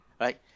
right